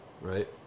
Right